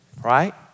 Right